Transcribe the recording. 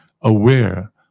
aware